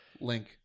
Link